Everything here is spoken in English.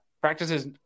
practices